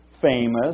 famous